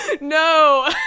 No